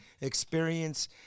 experience